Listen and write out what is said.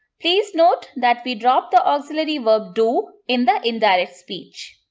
please note that we dropped the auxiliary verb do in the indirect speech.